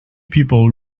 people